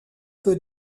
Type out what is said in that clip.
peut